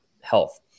health